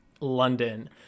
London